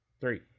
three